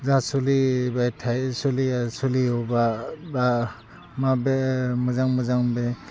जा सोलिबाय थायो सोलियो सोलियोबा बा माबे मोजां मोजां बे